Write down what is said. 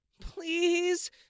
Please